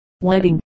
wedding